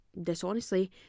dishonestly